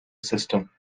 system